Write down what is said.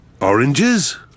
Oranges